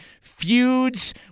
feuds